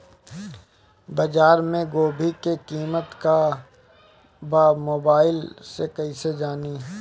बाजार में गोभी के कीमत का बा मोबाइल से कइसे जानी?